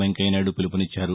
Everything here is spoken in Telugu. వెంకయ్య నాయుడు పిలుపునిచ్చారు